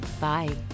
Bye